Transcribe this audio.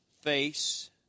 face